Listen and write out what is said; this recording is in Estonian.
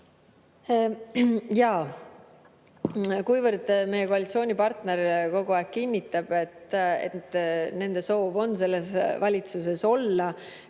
Jaa. Kuivõrd meie koalitsioonipartner kogu aeg kinnitab, et nende soov on selles valitsuses olla,